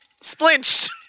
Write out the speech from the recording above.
Splinched